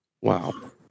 Wow